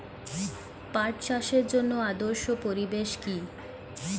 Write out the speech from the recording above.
পাট চাষের জন্য আদর্শ পরিবেশ কি?